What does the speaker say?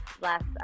last